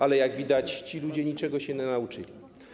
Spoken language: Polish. Ale jak widać, ci ludzie niczego się nie nauczyli.